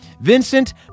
Vincent